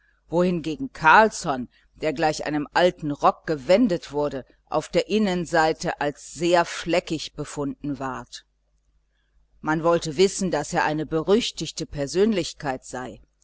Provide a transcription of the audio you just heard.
wohingegen carlsson der gleich einem alten rock gewendet wurde auf der innenseite als sehr fleckig befunden ward man wollte wissen daß er eine berüchtigte persönlichkeit sei